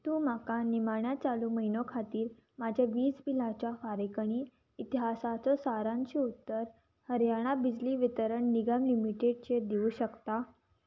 तूं म्हाका निमाण्या चालू म्हयनो खातीर म्हज्या वीज बिलांच्या फारीकणी इतिहासाचो सारांश उत्तर हरयाणा बिजली वितरण निगम लिमिटेडचेर दिवूं शकता